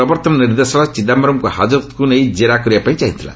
ପ୍ରବର୍ତ୍ତନ ନିର୍ଦ୍ଦେଶାଳୟ ଚିଦାୟରମ୍ଙ୍କୁ ହାଜତକୁ ନେଇ ଜେରା କରିବା ପାଇଁ ଚାହିଁଥିଲା